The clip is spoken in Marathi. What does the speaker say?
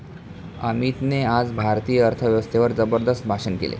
अमितने आज भारतीय अर्थव्यवस्थेवर जबरदस्त भाषण केले